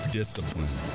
discipline